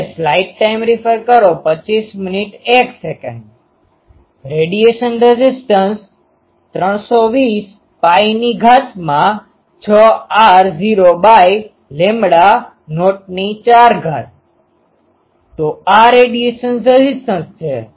રેડીએશનradiationકિરણોત્સર્ગ resistance 320π6 4320 pi ની ઘાત માં 6 r0 બાય લેમ્બડા નોટની 4 ઘાત તો આ રેડિયેશન રેઝિસ્ટન્સ છે